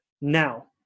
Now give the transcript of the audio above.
Now